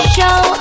Show